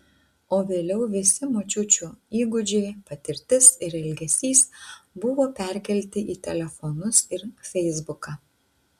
o vėliau visi močiučių įgūdžiai patirtis ir elgesys buvo perkelti į telefonus ir feisbuką